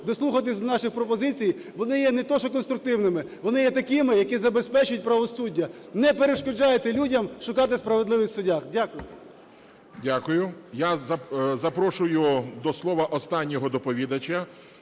дослухатись до наших пропозицій, вони є не те, що конструктивними, вони є такими, які забезпечать правосуддя. Не перешкоджайте людям шукати справедливість в судах. Дякую. ГОЛОВУЮЧИЙ. Дякую. Я запрошую до слова останнього доповідача.